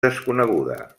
desconeguda